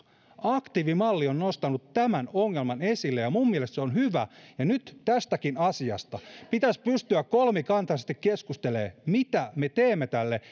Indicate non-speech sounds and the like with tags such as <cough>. aktiivimalli on nostanut tämän ongelman esille ja minun mielestäni se on hyvä ja nyt tästäkin asiasta pitäisi pystyä kolmikantaisesti keskustelemaan että mitä me teemme tälle <unintelligible>